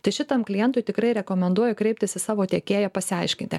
tai šitam klientui tikrai rekomenduoju kreiptis į savo tiekėją pasiaiškinti